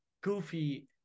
goofy